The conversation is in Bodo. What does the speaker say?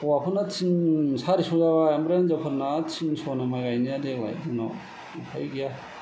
हौवाफोरना तिन सारिस' जाबाय आरो हिनजावफोरना तिनस'नो माइ गायनाया देग्लाय जोंनाव उफाय गैया